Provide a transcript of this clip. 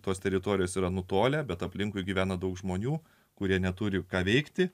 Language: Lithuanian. tos teritorijos yra nutolę bet aplinkui gyvena daug žmonių kurie neturi ką veikti